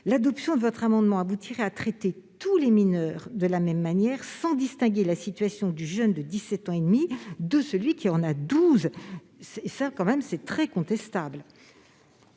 L'adoption de votre amendement aboutirait à traiter tous les mineurs de la même manière, sans distinguer la situation du jeune de 17 ans et demi de celui de 12 ans. C'est très contestable.